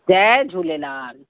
Jay Jhulelal